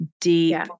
deep